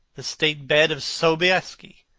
the state bed of sobieski,